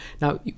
Now